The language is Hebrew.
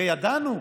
הרי ידענו,